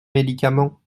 médicament